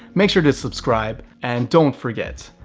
make sure to subscribe, and don't forget,